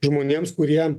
žmonėms kurie